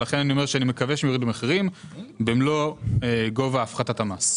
ולכן אני אומר שאני מקווה שהם יורידו מחירים במלוא גובה הפחתת המס.